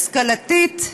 השכלתית.